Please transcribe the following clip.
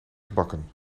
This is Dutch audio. gebakken